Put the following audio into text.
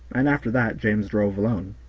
and after that james drove alone.